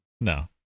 No